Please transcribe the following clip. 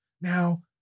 Now